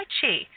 Chi